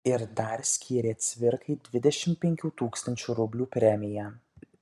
ir dar skyrė cvirkai dvidešimt penkių tūkstančių rublių premiją